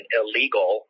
illegal